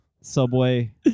Subway